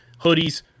hoodies